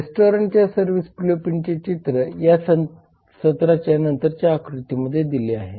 रेस्टॉरंटचे service ब्लूप्रिंटचे चित्र या सत्रात नंतरच्या आकृतीमध्ये दिले आहे